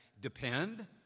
depend